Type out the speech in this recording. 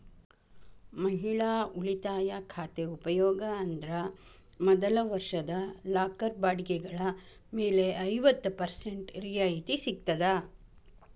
ಮಹಿಳಾ ಉಳಿತಾಯ ಖಾತೆ ಉಪಯೋಗ ಅಂದ್ರ ಮೊದಲ ವರ್ಷದ ಲಾಕರ್ ಬಾಡಿಗೆಗಳ ಮೇಲೆ ಐವತ್ತ ಪರ್ಸೆಂಟ್ ರಿಯಾಯಿತಿ ಸಿಗ್ತದ